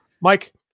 Mike